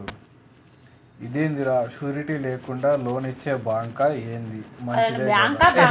ఇదేందిరా, షూరిటీ లేకుండా లోన్లిచ్చే బాంకా, ఏంది మంచిదే గదా